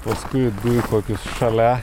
paskui du i kokius šalia